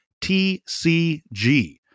TCG